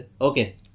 Okay